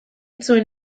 zuen